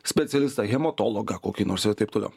specialistą hematologą kokį nors ir taip toliau